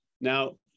Now